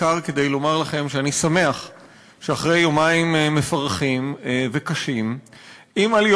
מבקש, היות שהם הפריעו לי, אני רוצה,